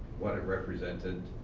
what it represented,